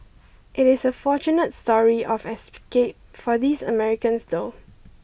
it is a fortunate story of escape for these Americans though